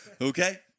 Okay